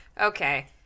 Okay